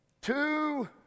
Two